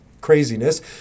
craziness